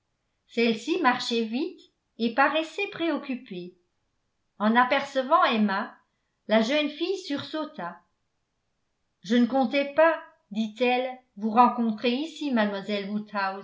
celle-ci marchait vite et paraissait préoccupée en apercevant emma la jeune fille sursauta je ne comptais pas dit-elle vous rencontrer ici mademoiselle